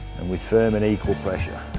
and with firm and equal pressure,